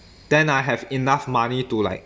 then I have enough money to like